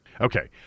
Okay